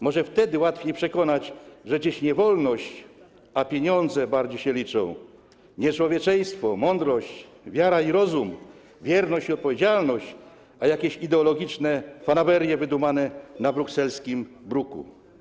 Może wtedy łatwiej przekonać, że dziś nie wolność, ale pieniądze bardziej się liczą, nie człowieczeństwo, mądrość, wiara i rozum, wierność i odpowiedzialność, ale jakieś ideologiczne fanaberie wydumane na brukselskim bruku.